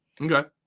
Okay